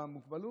במוגבלות.